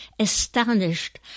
astonished